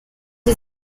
sie